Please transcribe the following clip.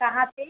कहाँ पर